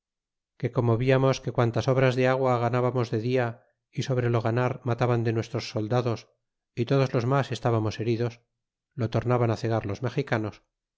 que como viamos que girantas obras de agua ganábamos de dia y sobre lo ganar mataban de nuestros soldados y todos los mas estábamos heridos lo tornaban cegar los mexicanos